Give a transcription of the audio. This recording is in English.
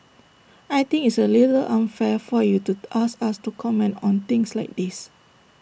I think it's A little unfair for you to ask us to comment on things like this